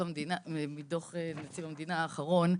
מדוח נציב המדינה האחרון,